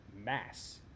mass